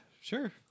sure